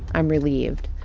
i'm relieved.